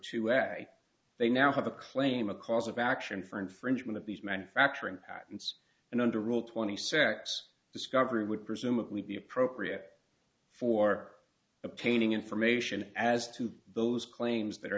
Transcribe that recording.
a they now have a claim a cause of action for infringement of these manufacturing patents and under rule twenty secs discovery would presumably be appropriate for obtaining information as to those claims that are